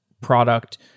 product